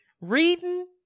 reading